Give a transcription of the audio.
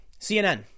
CNN